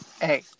Hey